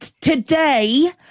today